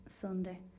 Sunday